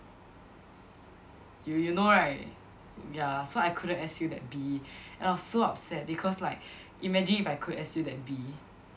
you you know right ya so I couldn't S_U that B and I was so upset because like imagine if I could S_U that b